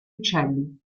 uccelli